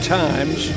times